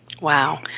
Wow